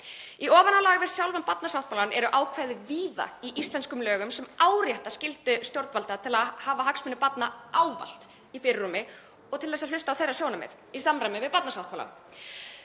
Í ofanálag við sjálfan barnasáttmálann eru ákvæði víða í íslenskum lögum sem árétta skyldu stjórnvalda til að hafa hagsmuni barna ávallt í fyrirrúmi og til að hlusta á þeirra sjónarmið í samræmi við barnasáttmálann.